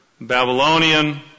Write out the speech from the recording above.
Babylonian